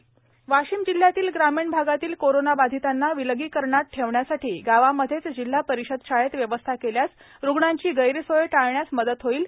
वाशिम जिल्हा विलगीकरण वाशिम जिल्ह्यातील ग्रामीण भागातील कोरोना बाधितांना विलगीकरणात ठेवण्यासाठी गावामध्येच जिल्हा परिषद शाळेत व्यवस्था केल्यास रुग्णांची गैरसोय टाळण्यास मदत होईल